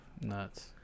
Nuts